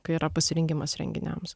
kai yra pasirengimas renginiams